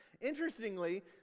Interestingly